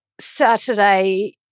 Saturday